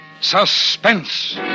Suspense